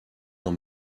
dans